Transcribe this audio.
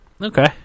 Okay